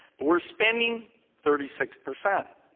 but we're spending thirty six percent.